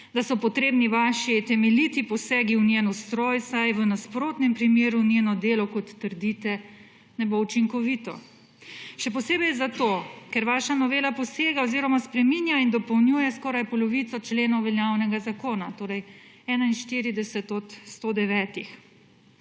da so potrebni vaši temeljiti posegi v njen ustroj, saj v nasprotnem primeru njeno delo, kot trdite, ne bo učinkovito. Še posebej zato, ker vaša novela spreminja in dopolnjuje skoraj polovico členov veljavnega zakona, 41 od 109.